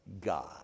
God